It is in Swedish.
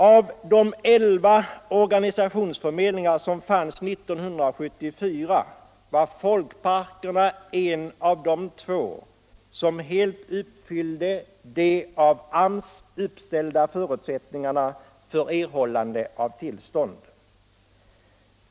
Av de elva organisationsförmedlingar som fanns 1974 var folkparkernas en av de två som helt uppfyllde de av AMS uppställda förutsättningarna för erhållande av tillstånd.